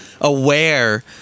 aware